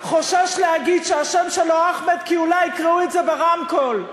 חושש להגיד שהשם שלו אחמד כי אולי יקראו את זה ברמקול.